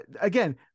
again